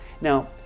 Now